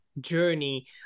journey